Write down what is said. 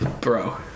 bro